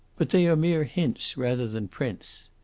but they are mere hints rather than prints.